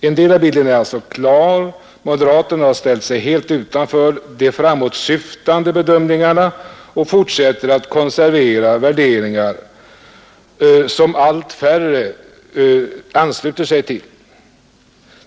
En del av bilden är klar: moderaterna har ställt sig helt utanför de framåtsyftande bedömningarna och fortsätter att konservera värderingar som allt färre ansluter sig till.